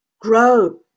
Grow